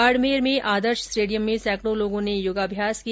बाडमेर में आदर्श स्टेडियम में सैकंडो लोगों ने योगाभ्यास किया